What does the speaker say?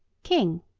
king,